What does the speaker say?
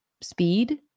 speed